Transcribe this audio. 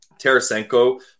Tarasenko